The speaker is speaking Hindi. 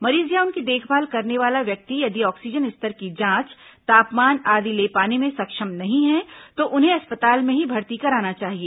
मरीज या उनकी देखभाल करने वाला व्यक्ति यदि ऑक्सीजन स्तर की जांच तापमान आदि ले पाने में सक्षम नहीं है तो उन्हें अस्पताल में ही भर्ती कराना चाहिए